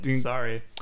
Sorry